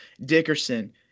Dickerson